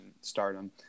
stardom